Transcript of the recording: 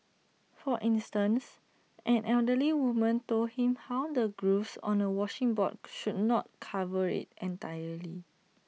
for instance an elderly woman told him how the grooves on A washing board should not cover IT entirely